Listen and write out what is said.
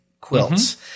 quilts